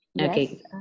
Okay